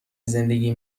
زندگی